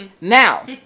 Now